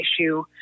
issue